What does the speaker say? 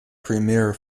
premier